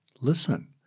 listen